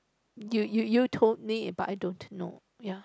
you you you told me but I don't know ya